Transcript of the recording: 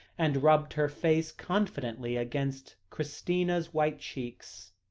and rubbed her face confidently against christina's white cheeks.